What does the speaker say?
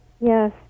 Yes